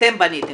אתם בניתם,